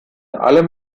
allem